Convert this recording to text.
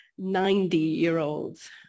90-year-olds